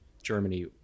Germany